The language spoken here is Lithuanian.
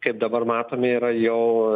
kaip dabar matome yra jau